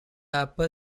upper